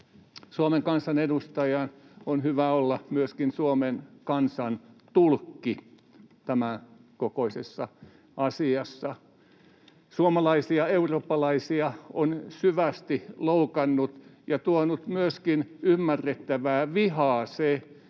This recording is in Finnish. Suomen kansanedustajan on hyvä olla myöskin Suomen kansan tulkki tämän kokoisessa asiassa. Suomalaisia, eurooppalaisia on syvästi loukannut ja tuonut myöskin ymmärrettävää vihaa se,